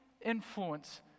influence